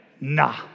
nah